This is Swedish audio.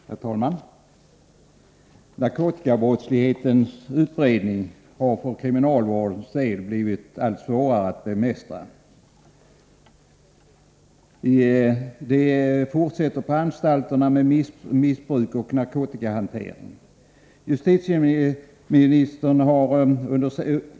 Herr talman! Narkotikabrottslighetens utbredning har för kriminalvårdens del blivit allt svårare att bemästra. På anstalterna fortsätter missbruk och narkotikahantering.